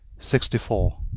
sixty four.